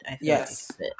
Yes